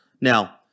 Now